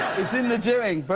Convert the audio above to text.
is in the doing, but